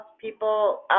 people